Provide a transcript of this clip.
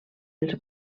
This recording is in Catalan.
els